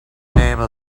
name